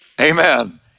Amen